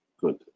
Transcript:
Good